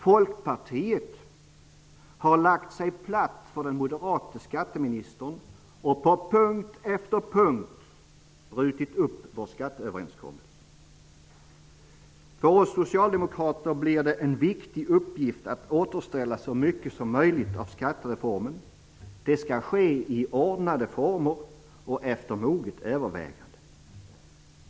Folkpartiet har lagt sig platt för den moderate skatteministern och på punkt efter punkt brutit upp vår skatteöverenskommelse. För oss socialdemokrater blir det en viktig uppgift att återställa så mycket som möjligt av skattereformen. Det skall ske i ordnade former och efter moget övervägande.